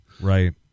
Right